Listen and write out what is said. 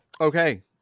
Okay